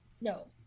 No